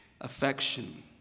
affection